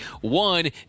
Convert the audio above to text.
One